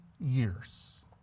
years